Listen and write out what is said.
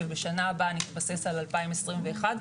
ובשנה הבאה נתבסס על 2021,